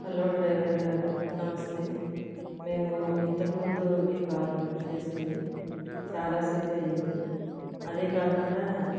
hello driver గారు నమస్తే మేము ఇంతకు ముందు మీ కార్ బుక్ చేసుకొని చాలా సేపు అయ్యింది అదీ కాకుండా